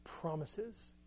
promises